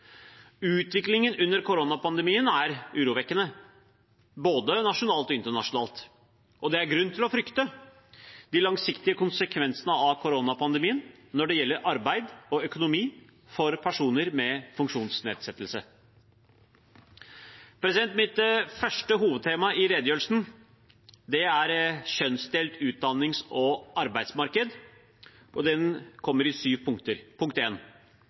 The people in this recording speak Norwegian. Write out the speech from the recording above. Utviklingen under koronapandemien er urovekkende, både nasjonalt og internasjonalt, og det er grunn til å frykte de langsiktige konsekvensene av koronapandemien når det gjelder arbeid og økonomi for personer med funksjonsnedsettelse. Mitt første hovedtema i redegjørelsen er kjønnsdelt utdannings- og arbeidsmarked, og det kommer i syv punkter. Punkt